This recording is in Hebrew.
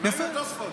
יפה.